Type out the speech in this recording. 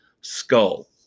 Skull